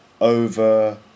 over